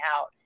out